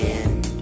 end